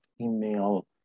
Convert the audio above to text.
email